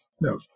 no